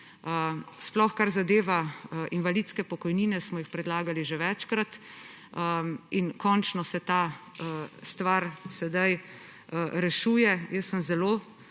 sploh kar zadeva invalidske pokojnine, smo jih predlagali že večkrat in končno se ta stvar sedaj rešuje. Jaz sem zelo